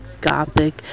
gothic